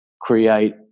create